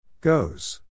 Goes